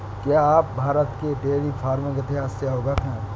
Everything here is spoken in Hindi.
क्या आप भारत के डेयरी फार्मिंग इतिहास से अवगत हैं?